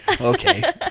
Okay